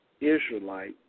Israelite